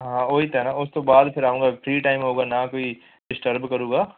ਹਾਂ ਉਹੀ ਤਾਂ ਹੈ ਉਸ ਤੋਂ ਬਾਅਦ ਫੇਰ ਆਊਂਗਾ ਫੇਰ ਫ੍ਰੀ ਟਾਈਮ ਨਾ ਕੋਈ ਡਿਸਟਰਬ ਕਰੇਗਾ